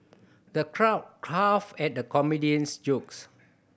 the crowd guffawed at the comedian's jokes